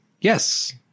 Yes